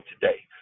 today